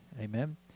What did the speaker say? Amen